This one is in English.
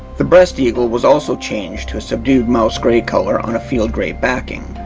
the breast eagle was also changed to a subdued mouse grey color on a field grey backing.